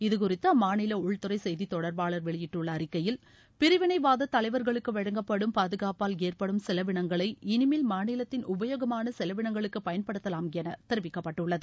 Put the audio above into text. இங்குறித்து அம்மாநில உள்தறை செய்தி தொடர்பாளர் வெளியிட்டுள்ள அறிக்கையில் பிரிவினைவாத தலைவர்களுக்கு வழங்கப்படும் பாதுகாப்பால் ஏற்படும் செலவினங்களை இனிமேல் மாநிலத்தின் உபயோகமான செலவினங்களுக்கு பயன்படுத்தலாம் என தெரிவிக்கப்பட்டுள்ளது